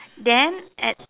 then at